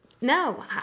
No